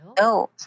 No